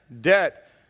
debt